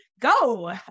Go